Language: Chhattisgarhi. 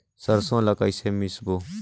सरसो ला कइसे मिसबो?